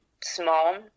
small